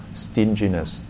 stinginess